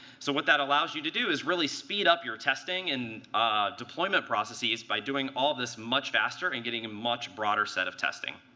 so what that allows you to do is really speed up your testing and deployment processes by doing all of this much faster and getting a much broader set of testing.